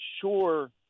sure